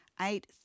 eight